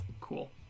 Cool